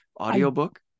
audiobook